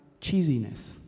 cheesiness